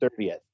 30th